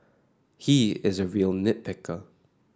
he is a real nit picker